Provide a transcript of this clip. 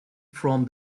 from